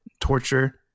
torture